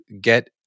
get